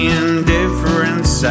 indifference